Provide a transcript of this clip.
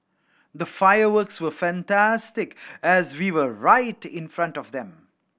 the fireworks were fantastic as we were right in front of them